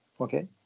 okay